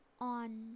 on